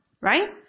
Right